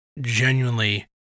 genuinely